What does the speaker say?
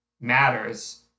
matters